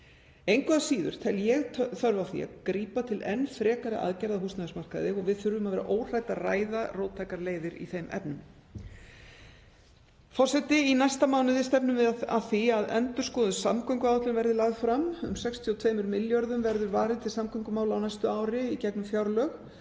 Engu að síður tel ég þörf á því að grípa til enn frekari aðgerða á húsnæðismarkaði og við þurfum að vera óhrædd að ræða róttækar leiðir í þeim efnum. Í næsta mánuði stefnum við að því að endurskoðuð samgönguáætlun verði lögð fram. Um 62 milljörðum verður varið til samgöngumála á næsta ári í gegnum fjárlög